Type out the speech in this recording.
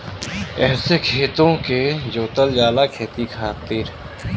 एहसे खेतो के जोतल जाला खेती खातिर